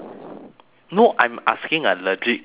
no I'm asking a legit question